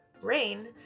RAIN